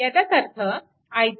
याचाच अर्थ तर